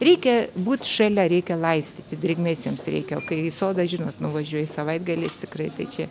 reikia būt šalia reikia laistyti drėgmės jiems reikia o kai į sodą žinot nuvažiuoji savaitgaliais tikrai tai čia